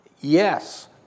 Yes